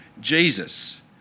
Jesus